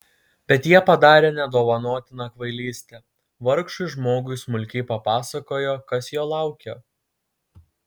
bet jie padarė nedovanotiną kvailystę vargšui žmogui smulkiai papasakojo kas jo laukia